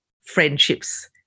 friendships